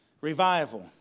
Revival